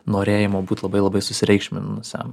norėjimo būt labai labai susireikšminusiam